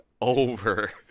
over